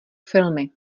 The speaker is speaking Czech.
filmy